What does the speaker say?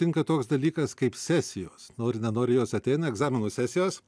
tinka toks dalykas kaip sesijos nori nenori jos ateina egzaminų sesijos